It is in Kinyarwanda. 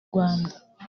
rwanda